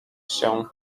się